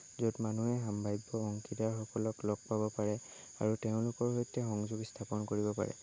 য'ত মানুহে সাম্ভাব্য অংশীদাৰসকলক লগ পাব পাৰে আৰু তেওঁলোকৰ সৈতে সংযোগ স্থাপন কৰিব পাৰে